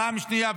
פעם שנייה,